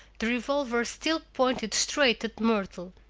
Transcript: the revolver still pointed straight at myrtle.